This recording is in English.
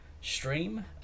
stream